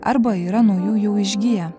arba yra nuo jų jau išgiję